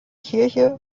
kirche